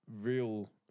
real